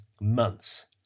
months